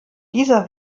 dieser